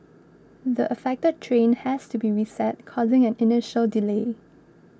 the affected train has to be reset causing an initial delay